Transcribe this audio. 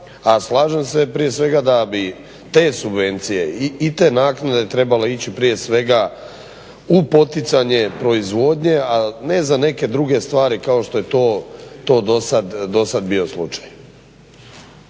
a slažem se prije svega da bi te subvencije i te naknade ići prije svega u poticanje proizvodnje, a ne za neke druge stvari kao što je to do sad bio slučaj.